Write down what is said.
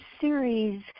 series